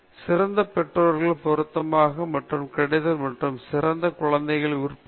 சிறந்த பெற்றோர்கள் பொருத்தமாக மற்றும் கிடைக்கும் மற்றும் சிறந்த குழந்தைகள் உற்பத்தி